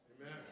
Amen